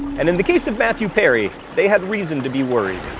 and in the case of matthew perry, they had reason to be worried.